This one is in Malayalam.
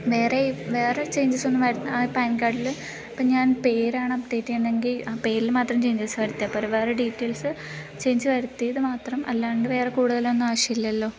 വേറേ വേറെ ചെയ്ൻജസൊന്നും വരുന്ന ആ പാൻ കാർഡിൽ ഇപ്പം ഞാൻ പേരാണ് അപ്ഡേറ്റ് ചെയ്യുന്നെങ്കിൽ ആ പേരിൽ മാത്രം ചെയ്ൻജെസ് വരുത്തിയാൽ പോരെ വേറെ ഡീറ്റൈൽസ് ചേഞ്ച് വരുത്തിയതുമാത്രം അല്ലാണ്ട് വേറെ കൂടുതലൊന്നും ആവശ്യമില്ലല്ലോ